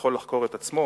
שיכול לחקור את עצמו.